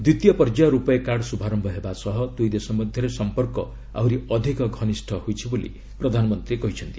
ଦ୍ୱିତୀୟ ପର୍ଯ୍ୟାୟ ରୂପୟେ କାର୍ଡ଼ ଶୁଭାରମ୍ଭ ହେବା ସହ ଦୁଇ ଦେଶ ମଧ୍ୟରେ ସମ୍ପର୍କ ଆହୁରି ଅଧିକ ଘନିଷ୍ଠ ହୋଇଛି ବୋଲି ପ୍ରଧାନମନ୍ତ୍ରୀ କହିଛନ୍ତି